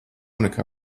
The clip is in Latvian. nekā